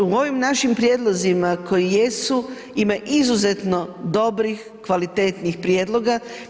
U ovim našim prijedlozima koji jesu, ima izuzetno dobrih, kvalitetnih prijedloga.